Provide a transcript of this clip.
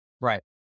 Right